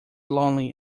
lonely